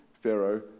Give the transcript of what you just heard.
Pharaoh